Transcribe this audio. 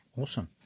awesome